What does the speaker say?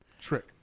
trick